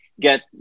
Get